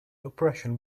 oppression